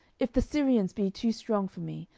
if the syrians be too strong for me,